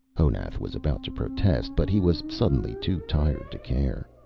honath was about to protest, but he was suddenly too tired to care.